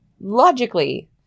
logically